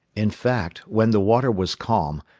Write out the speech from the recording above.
in fact, when the water was calm,